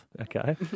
Okay